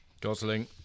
Gosling